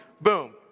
boom